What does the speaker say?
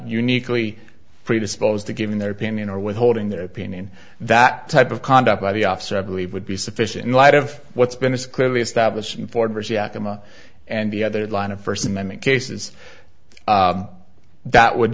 uniquely predisposed to giving their opinion or withholding their opinion that type of conduct by the officer i believe would be sufficient in light of what's been is clearly established before and the other line of first amendment cases that would